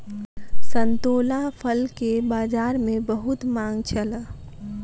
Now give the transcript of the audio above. संतोलाक फल के बजार में बहुत मांग छल